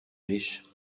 riche